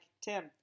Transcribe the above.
Tim